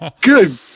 Good